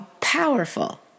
Powerful